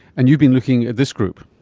and you've been looking at this group.